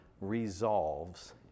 resolves